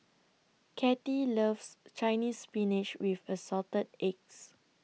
Katy loves Chinese Spinach with Assorted Eggs